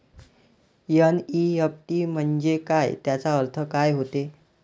NEFT म्हंजे काय, त्याचा अर्थ काय होते?